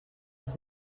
els